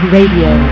Radio